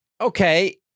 Okay